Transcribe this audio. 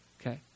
Okay